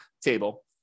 table